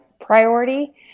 priority